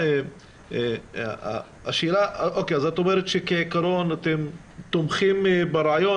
אז את אומרת שכעיקרון אתם תומכים ברעיון